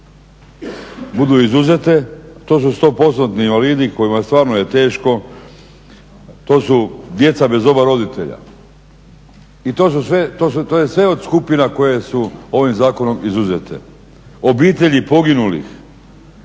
budu izuzete, to su 100%-tni invalidi kojima stvarno je teško. To su djeca bez oba roditelja i to je sve od skupina koje su ovim zakonom izuzete. Obitelji poginulih,